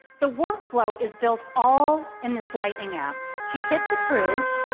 the workflow is built all in this lightening app. she hits approve,